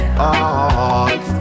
heart